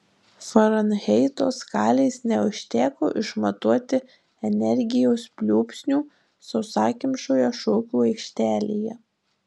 farenheito skalės neužteko išmatuoti energijos pliūpsnių sausakimšoje šokių aikštelėje